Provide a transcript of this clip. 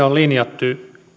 on linjattu